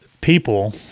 people